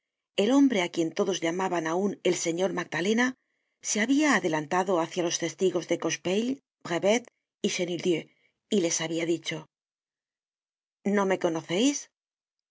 el hombre á quien todos llamaban aun el señor magdalena se habia adelantado hácia los testigos cochepaille brevet y chenildieu y les habia dicho no me conoceis